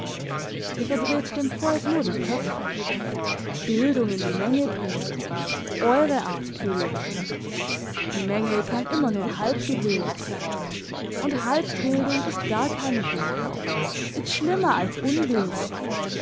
ihr verdreht dem volk nur die köpfe bildung in die menge bringen eure art bildung die menge kann immer nur halbgebildet sein und halbbildung ist gar keine bildung ist schlimmer als unbildung